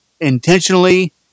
intentionally